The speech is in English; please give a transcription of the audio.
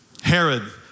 Herod